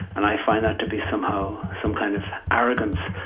and i find that to be somehow some kind of arrogance,